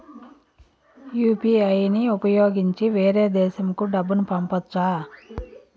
UPI ని ఉపయోగించి వేరే దేశంకు డబ్బును పంపొచ్చా?